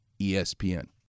ESPN